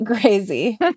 crazy